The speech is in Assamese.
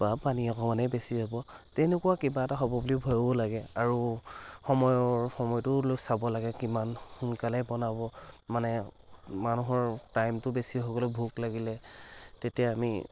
বা পানী অকণমানেই বেছি যাব তেনেকুৱা কিবা এটা হ'ব বুলি ভয়ো লাগে আৰু সময়ৰ সময়টোলৈ চাব লাগে কিমান সোনকালে বনাব মানে মানুহৰ টাইমটো বেছি হৈ গ'লেও ভোক লাগিলে তেতিয়া আমি